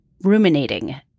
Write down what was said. ruminating